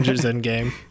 Endgame